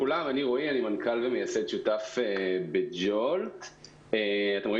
אני רוצה לחדד אנחנו לא מחפשים שום סוג של שיתוף פעולה עם